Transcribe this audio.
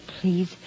please